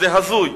זה הזוי.